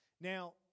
Now